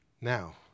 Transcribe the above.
Now